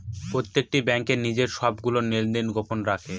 প্রত্যেকটি ব্যাঙ্ক নিজের সবগুলো লেনদেন গোপন রাখে